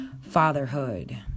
fatherhood